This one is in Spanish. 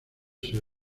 ser